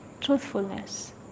truthfulness